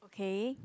K